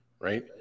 right